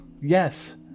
Yes